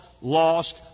lost